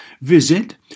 Visit